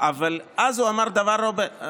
אבל אז הוא אמר את הדבר הבא: